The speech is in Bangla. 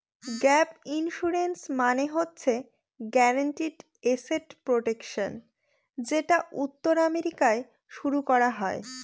গ্যাপ ইন্সুরেন্স মানে হচ্ছে গ্যারান্টিড এসেট প্রটেকশন যেটা উত্তর আমেরিকায় শুরু করা হয়